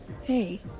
Hey